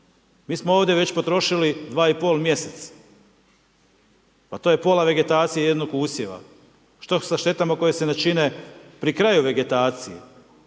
Mi smo ovdje potrošili već 2,5 mjeseca, pa to je pola vegetacije jednog usjeva. Što sa štetama koje se ne čine pri kraju vegetacije?